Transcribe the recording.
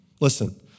Listen